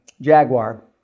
Jaguar